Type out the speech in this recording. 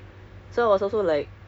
oh